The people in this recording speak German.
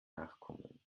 nachkommen